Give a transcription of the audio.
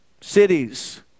cities